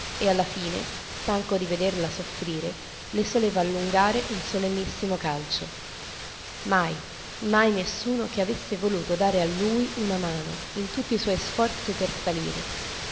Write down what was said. e alla fine stanco di vederla soffrire le soleva allungare un solennissimo calcio mai mai nessuno che avesse voluto dare a lui una mano in tutti i suoi sforzi per salire